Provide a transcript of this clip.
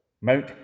Mount